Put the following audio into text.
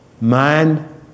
mind